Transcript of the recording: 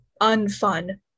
unfun